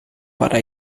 para